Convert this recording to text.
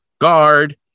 guard